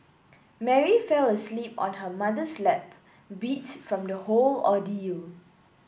Mary fell asleep on her mother's lap beat from the whole ordeal